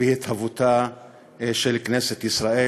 בהתהוותה של כנסת ישראל.